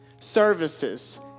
services